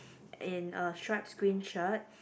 in a stripe green shirt